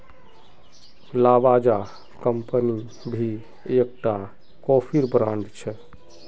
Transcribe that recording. Lavazza company भी एक टा कोफीर ब्रांड छे